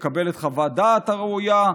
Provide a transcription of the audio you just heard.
לקבל את חוות הדעת הראויה,